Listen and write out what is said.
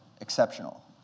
exceptional